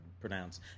pronounce